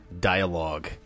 dialogue